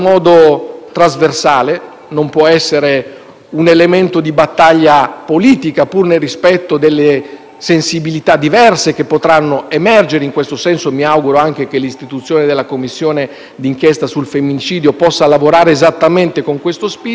un elemento di battaglia politica, pur nel rispetto delle sensibilità diverse che potranno emergere. In tal senso, io mi auguro anche che l'istituzione della Commissione d'inchiesta sul femminicidio possa lavorare esattamente con questo spirito. E dobbiamo farlo alzando lo sguardo sul